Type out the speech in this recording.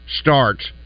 starts